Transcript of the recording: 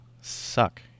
suck